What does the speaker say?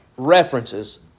References